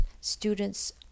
students